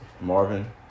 Marvin